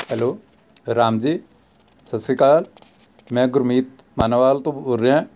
hello Ram ji ਸਤਿ ਸ਼੍ਰੀ ਅਕਾਲ ਮੈਂ ਗੁਰਮੀਤ ਮਾਨੋਵਾਲ ਤੋਂ ਬੋਲ ਰਿਹਾ